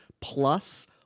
plus